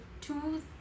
two